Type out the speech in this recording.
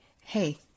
Hey